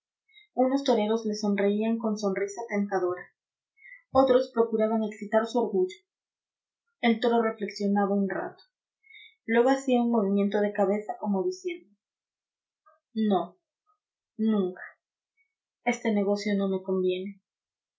unos toreros le sonreían con sonrisa tentadora otros procuraban excitar su orgullo el toro reflexionaba un rato luego hacía un movimiento de cabeza como diciendo no nunca este negocio no me conviene